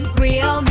real